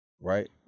Right